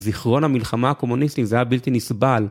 זכרון המלחמה הקומוניסטית זה היה בלתי נסבל.